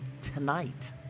tonight